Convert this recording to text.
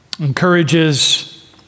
encourages